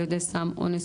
על ידי סם אונס,